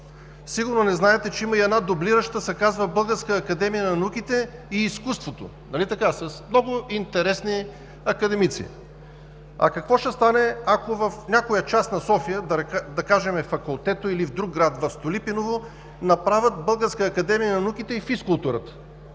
Сигурно не знаете, че има и една дублираща, и се казва Българска академия на науките и изкуството, нали така – с много интересни академици? А какво ще стане, ако в някоя част на София, да кажем „Факултета“, или в друг град, в „Столипиново“, направят Българска академия на науките и физкултурата